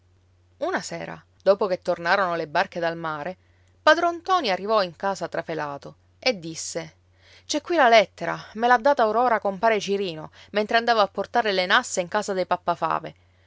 una sera dopo che tornarono le barche dal mare padron ntoni arrivò in casa trafelato e disse c'è qui la lettera me l'ha data or ora compare cirino mentre andavo a portare le nasse in casa dei